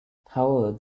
however